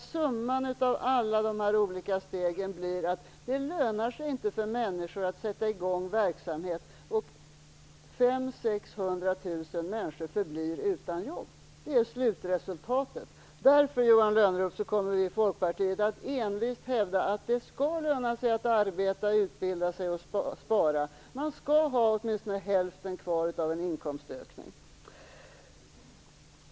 Men summan av alla de olika stegen blir att det inte lönar sig för människor att sätta i gång verksamheter, samtidigt som 500 000 600 000 människor förblir utan jobb. Detta är slutresultatet. Därför, Johan Lönnroth, kommer vi i Folkpartiet envist att hävda att det skall löna sig att arbeta, utbilda sig och spara. Man skall ha åtminstone hälften kvar av en inkomstökning.